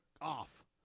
off